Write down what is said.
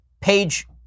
Page